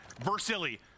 Versili